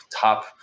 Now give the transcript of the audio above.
top